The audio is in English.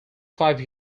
five